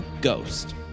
Ghost